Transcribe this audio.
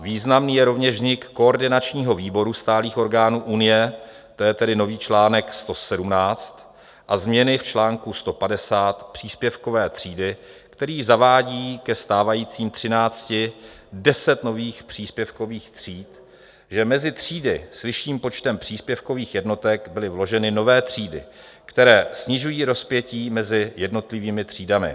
Významný je rovněž vznik koordinačního výboru stálých orgánů unie, to je nový článek 117, a změny v článku 150 příspěvkové třídy, který zavádí ke stávajícím třinácti deset nových příspěvkových tříd, kde mezi třídy s vyšším počtem příspěvkových jednotek byly vloženy nové třídy, které snižují rozpětí mezi jednotlivými třídami.